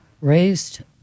raised